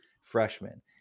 freshman